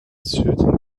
shooting